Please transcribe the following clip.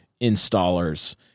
installers